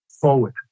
forward